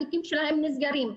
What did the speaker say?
התיקים שלהם נסגרים.